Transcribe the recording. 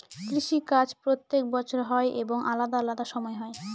কৃষি কাজ প্রত্যেক বছর হয় এবং আলাদা আলাদা সময় হয়